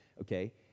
okay